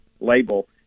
label